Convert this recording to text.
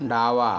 डावा